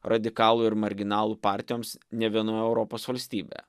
radikalų ir marginalų partijoms ne vienoje europos valstybėje